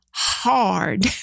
hard